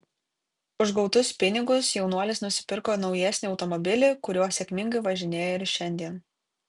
už gautus pinigus jaunuolis nusipirko naujesnį automobilį kuriuo sėkmingai važinėja ir šiandien